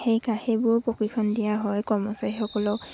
সেইবোৰ প্ৰশিক্ষণ দিয়া হয় কৰ্মচাৰীসকলক